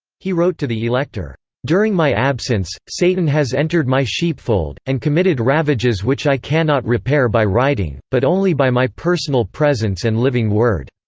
he wrote to the elector during my absence, satan has entered my sheepfold, and committed ravages which i cannot repair by writing, but only by my personal presence and living word.